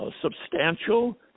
substantial